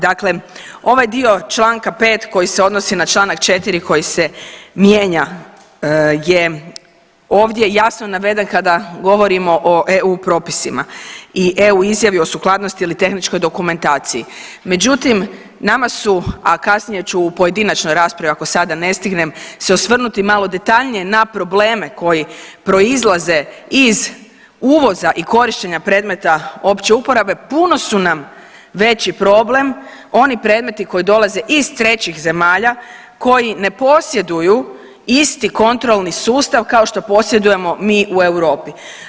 Dakle, ovaj dio čl. 5. koji se odnosi na čl. 4. koji se mijenja je ovdje jasno naveden kada govorimo o eu propisima i eu izjavi o sukladnosti ili tehničkoj dokumentaciji, međutim nama su, a kasnije ću u pojedinačnoj raspravi ako sada ne stignem se osvrnuti malo detaljnije na probleme koji proizlaze iz uvoza i korištenja predmeta opće uporabe puno su nam veći problem oni predmeti koji dolaze iz trećih zemalja koji ne posjeduju isti kontrolni sustav kao što posjedujemo mi u Europi.